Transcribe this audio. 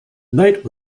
knight